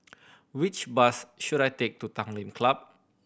which bus should I take to Tanglin Club